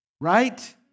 Right